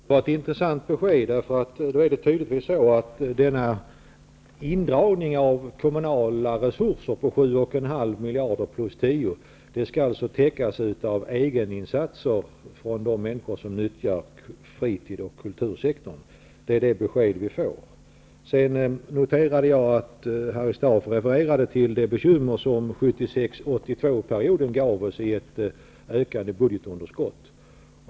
Herr talman! Det var ett intressant besked. Det är tydligtvis så, att indragningen av kommunala resurser på 7,5 miljarder plus 10 miljarder skall täckas av egeninsatser från de människor som utnyttjar fritids och kultursektorn. Det är det besked vi får. Sedan noterade jag att Harry Staaf refererade till de bekymmer som perioden 1976--1982 gav oss i form av ökade budetunderskott.